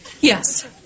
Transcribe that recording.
Yes